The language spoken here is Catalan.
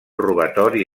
robatori